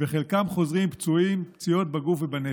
וחלקם חוזרים פצועים פציעות בגוף ובנפש.